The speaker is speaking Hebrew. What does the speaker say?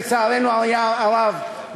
לצערנו הרב,